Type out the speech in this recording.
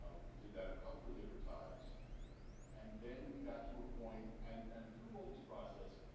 ah we did that a couple of different times and then we got to a point and and through all this process,